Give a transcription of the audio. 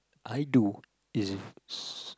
I do is s~